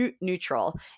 neutral